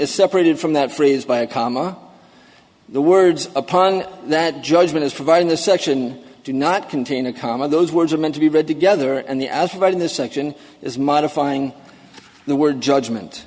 is separated from that phrase by a comma the words upon that judgement is providing the section do not contain a comma those words are meant to be read together and the as read in this section is modifying the word judgment